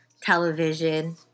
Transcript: television